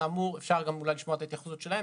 אפשר אולי לשמוע את ההתייחסות שלהם.